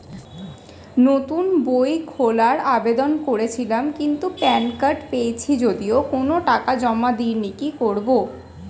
নতুন বই খোলার আবেদন করেছিলাম কিন্তু প্যান কার্ড পেয়েছি যদিও কোনো টাকা জমা দিইনি কি করব?